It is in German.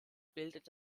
bildet